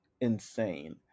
insane